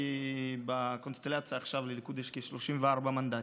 כי בקונסטלציה עכשיו לליכוד יש כ-34 מנדטים,